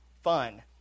fun